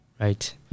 right